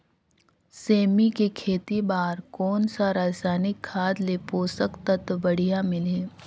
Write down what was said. सेमी के खेती बार कोन सा रसायनिक खाद ले पोषक तत्व बढ़िया मिलही?